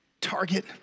Target